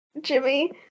jimmy